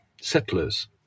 settlers